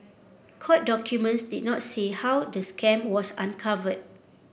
court documents did not say how the scam was uncovered